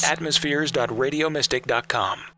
Atmospheres.radiomystic.com